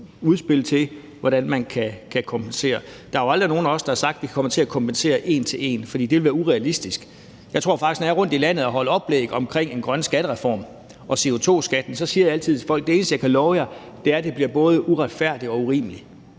udspil til, hvordan man kan kompensere virksomhederne. Der er jo ikke nogen af os, der har sagt, at vi kommer til at kompensere en til en, for det ville være urealistisk. Når jeg er rundt i landet og holder oplæg omkring en grøn skattereform og CO2-skatten, siger jeg altid til folk, at det eneste, jeg kan love dem, er, at det både bliver uretfærdigt og urimeligt,